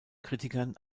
kritikern